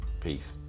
Peace